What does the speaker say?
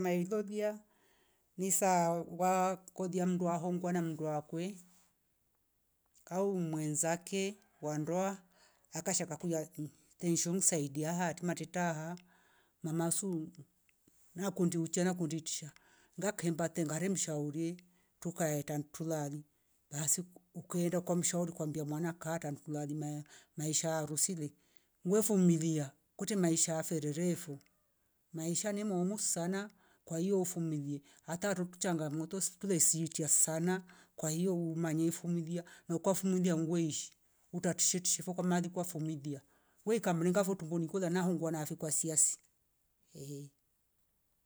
Ni saa wakolya mndu ahongwa na mndu akwe au mwensake wa ndoa akasha akakuya ngishio ngara matretra hataari ngahemba ngaremshauri mama su atraukieakae shandu truali baasi kaa maisha a harusi wefumulia weika mringa fo trumnbuni kolya na hongua naafe siasi ee.